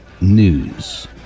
news